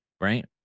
right